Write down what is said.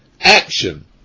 action